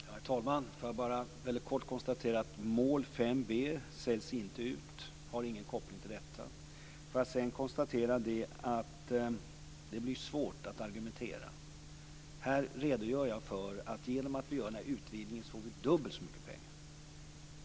Herr talman! Jag vill bara väldigt kort konstatera att mål 5 b inte säljs ut och att det inte har någon koppling till detta. Jag vill sedan konstatera att det blir svårt att argumentera. Här redogör jag för att vi, genom att vi gör denna utvidgning, får dubbelt så mycket pengar.